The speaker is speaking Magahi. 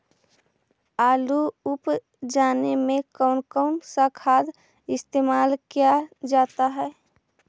आलू उप जाने में कौन कौन सा खाद इस्तेमाल क्या जाता है?